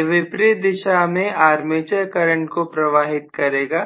यह विपरीत दिशा में आर्मी च करंट को प्रवाहित करेगा